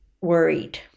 worried